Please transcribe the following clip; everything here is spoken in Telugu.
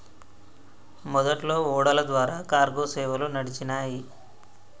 మొదట్లో ఓడల ద్వారా కార్గో సేవలు నడిచినాయ్